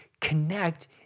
connect